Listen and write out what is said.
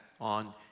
on